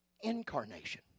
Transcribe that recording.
incarnation